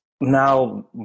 now